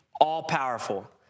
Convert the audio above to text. all-powerful